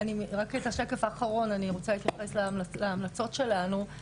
אני רוצה להתייחס להמלצות שלנו.